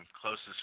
closest